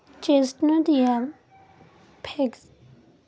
chestnut ह्या फॅगेसी कुटुंबातला पानझडी झाड किंवा झुडुप स्वरूपात आढळता